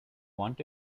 want